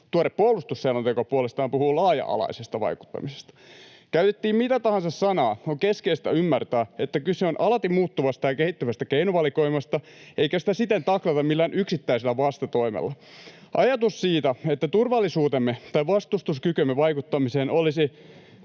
Tuore puolustusselonteko puolestaan puhuu laaja-alaisesta vaikuttamisesta. Käytettiin mitä tahansa sanaa, on keskeistä ymmärtää, että kyse on alati muuttuvasta ja kehittyvästä keinovalikoimasta, eikä sitä siten taklata millään yksittäisellä vastatoimella. Ajatus siitä, että turvallisuutemme tai vastustuskykymme vaikuttamiseen olisi